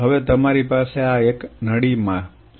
હવે તમારી પાસે આ એક નળી માં છે